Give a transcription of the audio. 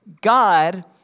God